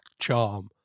charm